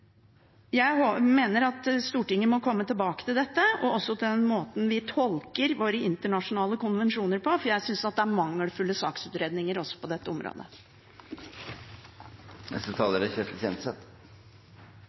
Norge. Jeg mener at Stortinget må komme tilbake til dette og til den måten vi tolker internasjonale konvensjoner på, for jeg synes det er mangelfulle saksutredninger også på dette området.